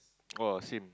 oh same